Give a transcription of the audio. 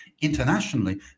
internationally